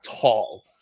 tall